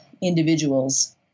individuals